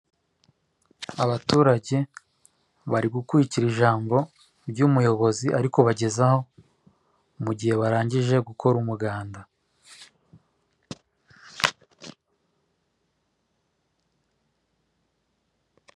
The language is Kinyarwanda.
Abaturage bari gukurikira ijambo ry'umuyobozi ariko bagezaho mu gihe barangije gukora umuganda.